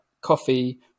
coffee